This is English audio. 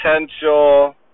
Potential